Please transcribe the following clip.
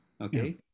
Okay